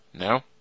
No